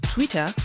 Twitter